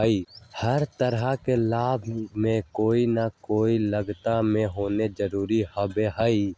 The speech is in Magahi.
हर तरह के लाभ में कोई ना कोई लागत के होना जरूरी होबा हई